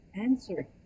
answer